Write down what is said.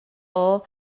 ora